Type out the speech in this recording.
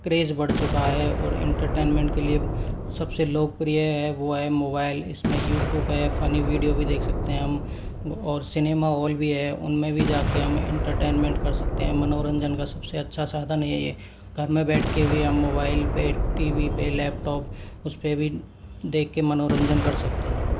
craze बढ़ चुका है और एंटरटेनमेंट के लिए सबसे लोकप्रिय है वो है मोबाइल इसमें यूट्यूब है फ़नी वीडियो भी देख सकते हैं हम और सिनेमा हॉल भी है उनमें भी जाके हम एंटरटेनमेंट कर सकते हैं मनोरंजन का सबसे अच्छा साधन यही है घर में बैठके भी हम मोबाइल पे टी वी पे लैपटॉप उसपे भी देख के मनोरंजन कर सकते हैं